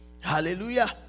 Hallelujah